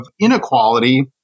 inequality